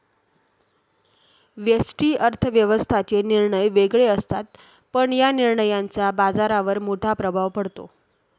व्यष्टि अर्थशास्त्राचे निर्णय वेगळे असतात, पण या निर्णयांचा बाजारावर मोठा प्रभाव पडतो